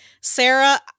Sarah